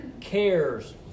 cares